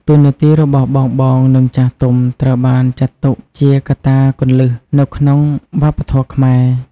តួនាទីរបស់បងៗ និងចាស់ទុំ ត្រូវបានចាត់ទុកជាកត្តាគន្លឹះ នៅក្នុងវប្បធម៌ខ្មែរ។